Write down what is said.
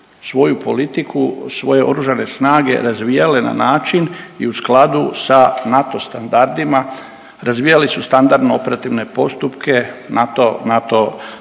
svoju politiku, svoje oružane snage razvijale na način i u skladu sa NATO standardima, razvijali su standardno operativne postupke, NATO